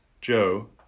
Joe